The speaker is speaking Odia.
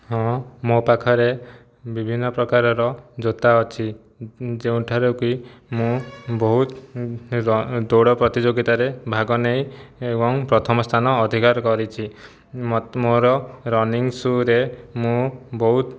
ହଁ ମୋ ପାଖରେ ବିଭିନ୍ନ ପ୍ରକାରର ଜୋତା ଅଛି ଯେଉଁଠାରେ କି ମୁଁ ବହୁତ ଦୌଡ଼ ପ୍ରତିଯୋଗିତାରେ ଭାଗନେଇ ଏବଂ ପ୍ରଥମ ସ୍ଥାନ ଅଧିକାର କରିଛି ମୋର ରନିଙ୍ଗ ସୁରେ ମୁଁ ବହୁତ